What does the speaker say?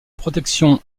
protection